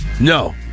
No